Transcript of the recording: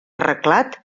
arreglat